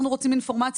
אנחנו רוצים אינפורמציה,